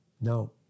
No